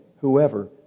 whoever